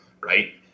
right